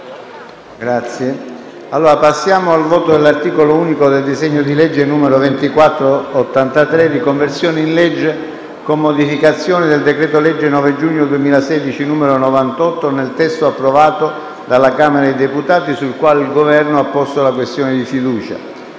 la votazione dell'articolo unico del disegno di legge n. 2483, di conversione in legge, con modificazioni, del decreto-legge 9 giugno 2016, n. 98, nel testo approvato dalla Camera dei deputati, sull'approvazione del quale il Governo ha posto la questione di fiducia.